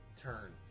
turn